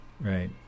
right